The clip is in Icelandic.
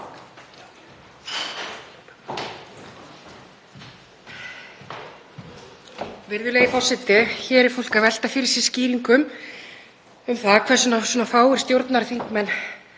Virðulegi forseti. Hér er fólk að velta fyrir sér skýringum á því hvers vegna svona fáir stjórnarþingmenn